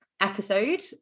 episode